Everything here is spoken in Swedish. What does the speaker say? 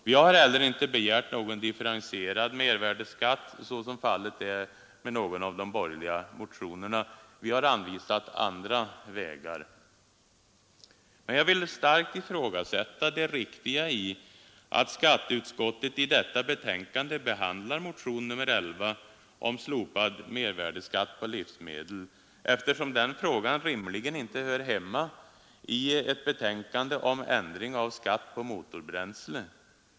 Vi har heller inte begärt någon differentierad mervärdeskatt, så som fallet är med en av de borgerliga motionerna. Jag vill starkt ifrågasätta det riktiga i att skatteutskottet i detta betänkande behandlar motionen 11 om slopande av mervärdeskatt på livsmedel, eftersom den frågan rimligen inte hör hemma i ett betänkande om ändring av skatt på motorbränsle.